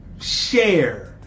share